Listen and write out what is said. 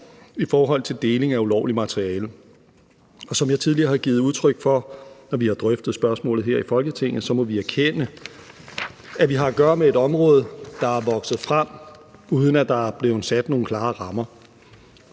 i forhold til deling af ulovligt materiale. Som jeg tidligere har givet udtryk for, når vi har drøftet spørgsmålet her i Folketinget, så må vi erkende, at vi har at gøre med et område, der er vokset frem, uden at der er blevet sat nogle klare rammer.